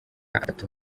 atatu